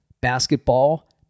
basketball